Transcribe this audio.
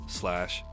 slash